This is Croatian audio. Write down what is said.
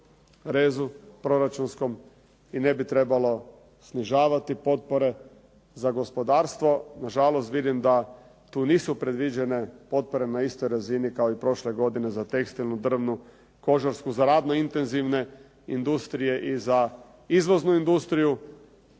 proračunskom rezu i ne bi trebalo snižavati potpore za gospodarstvo. Nažalost, vidim da tu nisu predviđene potpore na istoj razini kao i prošle godine za tekstilnu, drvnu, kožarsku, za radno intenzivne industrije i za izvoznu industriju.